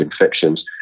infections